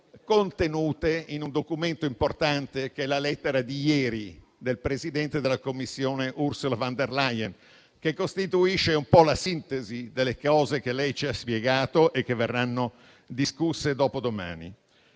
contenuti in un documento importante, che è la lettera di ieri del presidente della Commissione europea Ursula von der Leyen, che costituisce la sintesi delle cose che lei ci ha spiegato e che verranno discusse dopodomani.